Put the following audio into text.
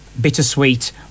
bittersweet